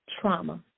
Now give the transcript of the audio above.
trauma